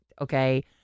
okay